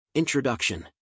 Introduction